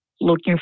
looking